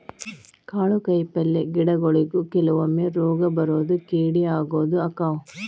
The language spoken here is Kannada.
ಕಾಳು ಕಾಯಿಪಲ್ಲೆ ಗಿಡಗೊಳಿಗು ಕೆಲವೊಮ್ಮೆ ರೋಗಾ ಬರುದು ಕೇಡಿ ಆಗುದು ಅಕ್ಕಾವ